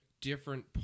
different